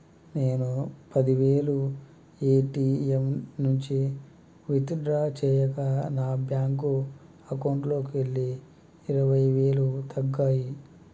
నేను పది వేలు ఏ.టీ.యం నుంచి విత్ డ్రా చేయగా నా బ్యేంకు అకౌంట్లోకెళ్ళి ఇరవై వేలు తగ్గాయి